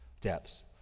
depths